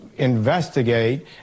investigate